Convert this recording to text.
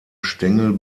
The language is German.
stängel